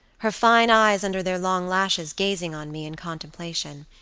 her fine eyes under their long lashes gazing on me in contemplation,